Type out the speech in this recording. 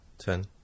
ten